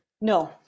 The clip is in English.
no